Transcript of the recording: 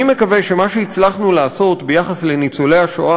אני מקווה שמה שהצלחנו לעשות ביחס לניצולי השואה